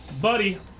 Buddy